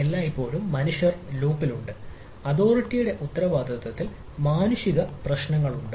എല്ലായ്പ്പോഴും മനുഷ്യർ ലൂപ്പിലുണ്ട് അതോറിറ്റിയുടെ ഉത്തരവാദിത്തത്തിന്റെ മാനുഷിക പ്രശ്നങ്ങളുമുണ്ട്